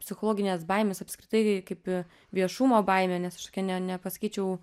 psichologines baimes apskritai kaip viešumo baimė nes aš tokia ne nepasakyčiau